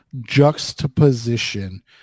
juxtaposition